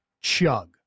Chug